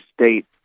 state